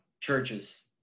churches